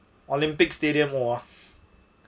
olympic stadium of